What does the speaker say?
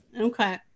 Okay